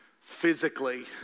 physically